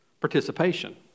participation